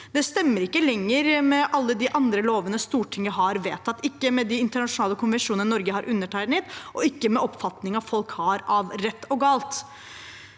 Det stemmer ikke lenger med alle de andre lovene Stortinget har vedtatt, ikke med de internasjonale konvensjonene Norge har undertegnet, og ikke med oppfatningen folk har av rett og galt.